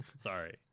sorry